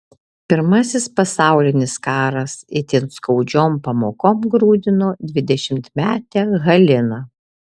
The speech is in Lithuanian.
pirmasis pasaulinis karas itin skaudžiom pamokom grūdino dvidešimtmetę haliną